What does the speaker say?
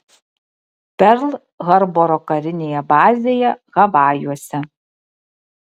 perl harboro karinėje bazėje havajuose